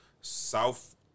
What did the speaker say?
South